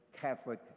Catholic